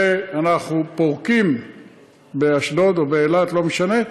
ואנחנו פורקים באשדוד או באילת, לא משנה,